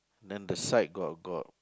then the side got got